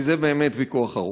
כי זה באמת ויכוח ארוך.